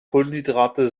kohlenhydrate